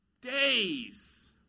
days